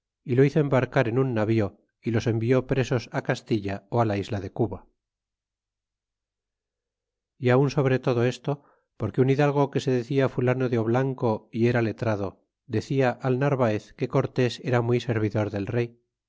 y lo hizo embarcar en un navío y los envió presos castilla ó á la isla de cuba y aun sobre todo esto porque un hidalgo que se decia fulano de oblanco y era letrado decia al narvaez que cortés era muy servidor del rey